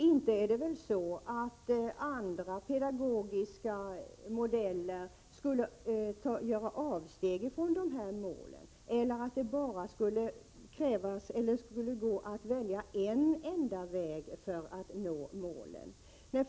Inte är det väl så, att andra pedagogiska modeller skulle göra avsteg från de här målen eller att det bara skulle gå att välja en enda väg för att nå målen?